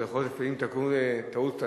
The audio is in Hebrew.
כבוד היושב-ראש,